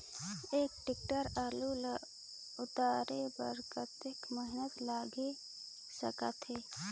एक टेक्टर आलू ल उतारे बर कतेक मेहनती लाग सकथे?